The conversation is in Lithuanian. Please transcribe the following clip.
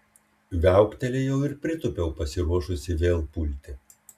viauktelėjau ir pritūpiau pasiruošusi vėl pulti